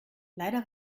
leider